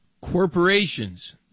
Corporations